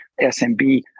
SMB